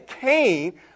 Cain